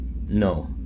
no